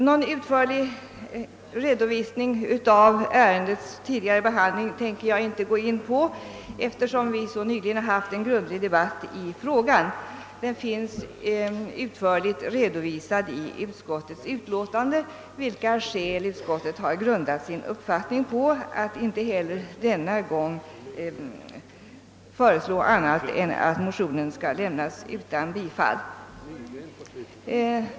Någon utförlig redovisning av ärendets tidigare behandling avser jag inte att lämna, eftersom vi så nyligen haft en grundlig debatt i frågan. De skäl, på vilka utskottet grundat sin uppfattning, finns så utförligt redovisade i dess utlåtande, att det denna gång inte säger annat än att motionen bör lämnas utan bifall.